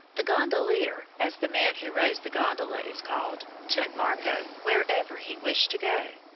the gondolier, as the man who rows the gondola is called, took marco wherever he wished to go.